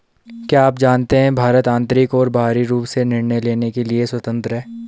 क्या आप जानते है भारत आन्तरिक और बाहरी रूप से निर्णय लेने के लिए स्वतन्त्र है?